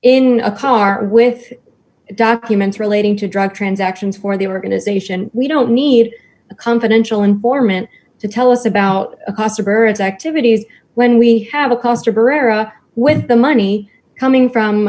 in a car with documents relating to drug transactions for the organization we don't need a confidential informant to tell us about its activities when we have a coster perera with the money coming from